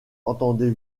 entendez